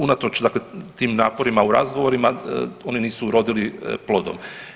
Unatoč dakle tim naporima u razgovorima oni nisu urodili plodom.